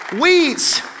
Weeds